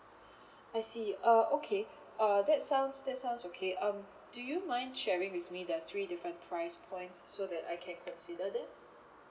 I see uh okay uh that sounds that sounds okay um do you mind sharing with me the three different price points so that I can consider that